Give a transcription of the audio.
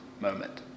moment